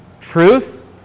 truth